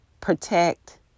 protect